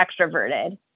extroverted